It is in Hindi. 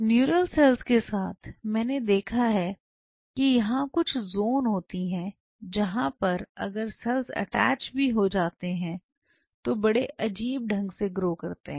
न्यूरल सेल्स के साथ मैंने देखा है की यहां कुछ ज़ोन होती हैं जहां पर अगर सेल्स अटैच भी हो जाते हैं तो बड़े अजीब ढंग से ग्रो करते हैं